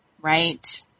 Right